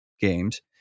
games